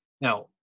Now